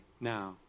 now